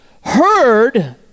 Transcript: heard